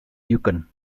yukon